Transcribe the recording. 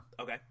Okay